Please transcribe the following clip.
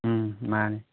ꯎꯝ ꯃꯥꯟꯅꯤ